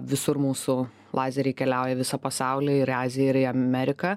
visur mūsų lazeriai keliauja visą pasaulį ir į aziją ir į ameriką